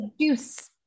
juice